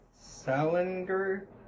Salinger